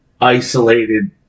isolated